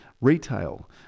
retail